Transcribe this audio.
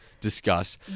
discuss